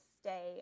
stay